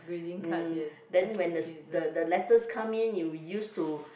mm then when the the the letters come in you used to